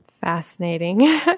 Fascinating